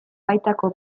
baitako